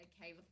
okay